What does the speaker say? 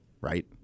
Right